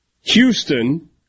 Houston